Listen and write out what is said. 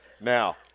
Now